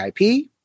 IP